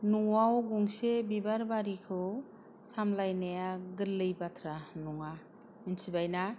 न'आव गंसे बिबारबारिखौ सामलायनाया गोरलै बाथ्रा नङा मिथिबायना